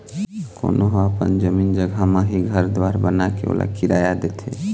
कोनो ह अपन जमीन जघा म ही घर दुवार बनाके ओला किराया देथे